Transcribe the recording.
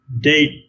date